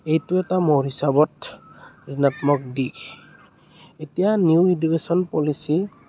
এইটো এটা মোৰ হিচাপত ঋণাত্মক দিশ এতিয়া নিউ এডুকেচন পলিচী